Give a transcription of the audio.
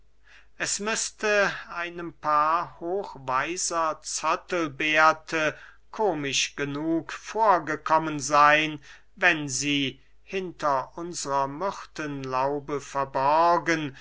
es müßte einem paar hochweiser zottelbärte komisch genug vorgekommen seyn wenn sie hinter unsrer myrtenlaube verborgen